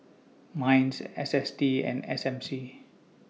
Minds S S T and S M C